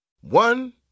One